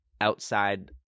outside